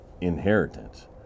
inheritance